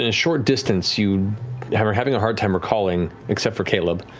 ah short distance, you yeah um are having a hard time recalling, except for caleb,